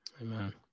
amen